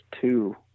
two